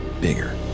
bigger